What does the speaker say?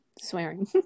swearing